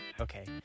Okay